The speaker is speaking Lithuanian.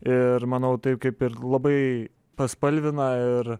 ir manau taip kaip ir labai paspalvina ir